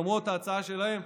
למרות ההצעה שלהם,